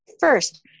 first